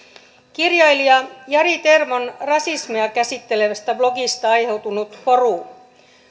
kirjailija jari tervon rasismia käsittelevästä blogista aiheutunut poru